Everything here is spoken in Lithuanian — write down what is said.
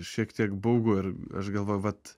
šiek tiek baugu ir aš galvoju vat